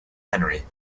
henry